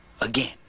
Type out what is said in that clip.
again